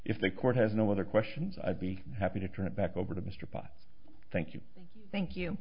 if the court has no other questions i'd be happy to turn it back over to mr pot thank you thank you